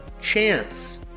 Chance